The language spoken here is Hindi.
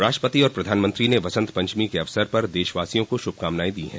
राष्ट्रपति और प्रधानमंत्री ने वसंत पंचमी के अवसर पर देशवासियों को शुभकामनाएं दी हैं